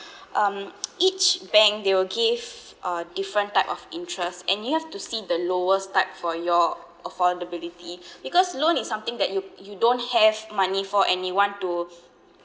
um each bank they will give uh different type of interests and you have to see the lowest type for your affordability because loan is something that you you don't have money for anyone to